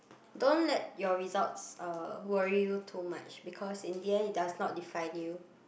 don't let your results uh who worry you too much because in the end it does not define you